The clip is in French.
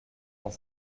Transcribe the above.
dans